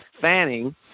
Fanning